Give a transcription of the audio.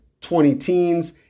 20-teens